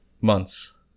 months